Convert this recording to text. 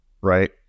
right